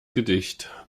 gedicht